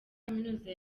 kaminuza